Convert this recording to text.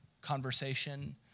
conversation